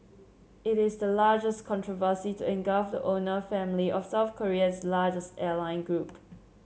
it is the largest controversy to engulf the owner family of South Korea's largest airline group